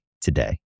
today